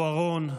בוארון.